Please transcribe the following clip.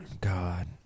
God